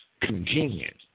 convenient